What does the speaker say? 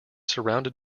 surrounded